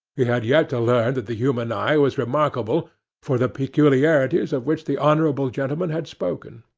he had yet to learn that the human eye was remarkable for the peculiarities of which the honourable gentleman had spoken.